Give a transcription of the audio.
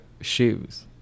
shoes